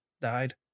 died